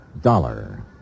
Dollar